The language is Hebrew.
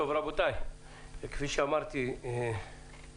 רבותיי, כפי שאמרתי אנחנו